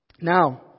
Now